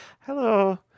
Hello